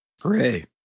Hooray